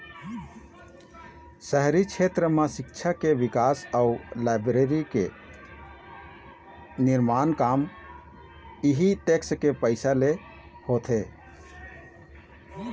शहरी छेत्र म सिक्छा के बिकास अउ लाइब्रेरी के निरमान काम इहीं टेक्स के पइसा ले होथे